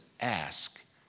ask